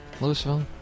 Louisville